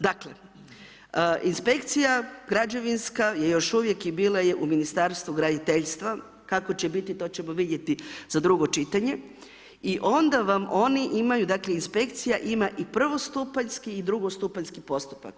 Dakle, inspekcija, građevinska, je još uvijek i bila je u ministarstvu graditeljstva, kako će biti, to ćemo vidjeti za drugo čitanje i onda vam oni imaju, dakle, inspekcija ima i prvostupanjski i drugostupanjski postupak.